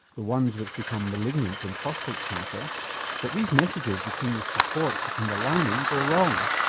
the ones which become malignant in prostate cancer that these messages between the support and the lining go wrong.